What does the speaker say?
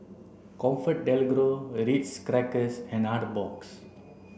ComfortDelGro Ritz Crackers and Artbox